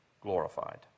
glorified